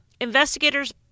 Investigators